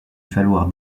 falloir